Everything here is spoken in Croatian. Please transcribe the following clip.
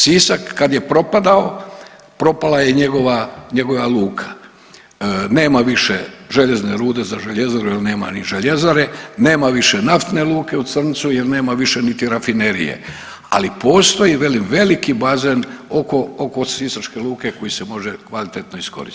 Sisak, kad je propadao, propala je i njegova luka, nema više željezne rude za željezaru jer nema ni željezare, nema više naftne luke u Crncu jer nema više niti rafinerije, ali postoji, velim, veliki bazen oko sisačke luke koji se može kvalitetno iskoristiti.